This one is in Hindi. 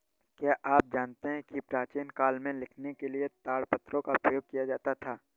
क्या आप जानते है प्राचीन काल में लिखने के लिए ताड़पत्रों का प्रयोग किया जाता था?